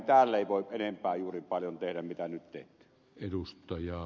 täällä ei voi enempää juuri paljon tehdä kuin nyt tehdään